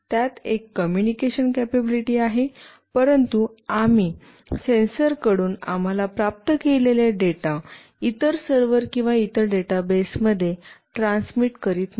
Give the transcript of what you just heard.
त्यात एक communication capability आहे परंतु आम्ही सेन्सरकडून आम्हाला प्राप्त केलेला डेटा इतर सर्व्हर किंवा इतर डेटाबेसमध्ये ट्रान्स्मिट करीत नाही